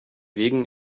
wegen